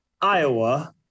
Iowa